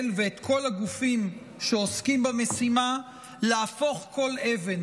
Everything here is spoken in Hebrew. ואת כל הגופים שעוסקים במשימה להפוך כל אבן